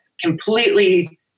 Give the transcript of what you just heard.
completely